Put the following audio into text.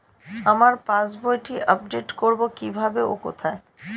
আমার পাস বইটি আপ্ডেট কোরবো কীভাবে ও কোথায়?